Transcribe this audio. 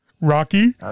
Rocky